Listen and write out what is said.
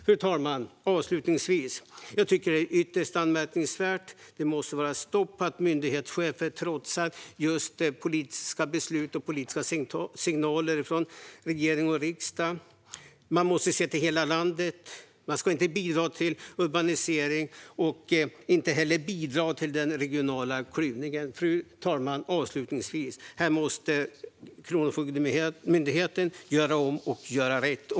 Fru talman! Avslutningsvis tycker jag att detta är ytterst anmärkningsvärt. Det måste bli stopp för att myndighetschefer trotsar politiska beslut och politiska signaler från regering och riksdag. Man måste se till hela landet. Man ska inte bidra till urbanisering och inte heller bidra till den regionala klyvningen. Här måste Kronofogden göra om och göra rätt.